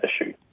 issue